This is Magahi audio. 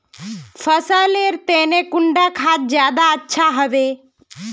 फसल लेर तने कुंडा खाद ज्यादा अच्छा हेवै?